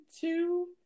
two